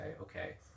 okay